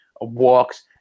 walks